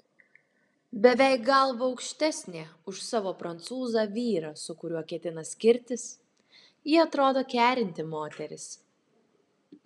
beveik galva aukštesnė už savo prancūzą vyrą su kuriuo ketina skirtis ji atrodo kerinti moteris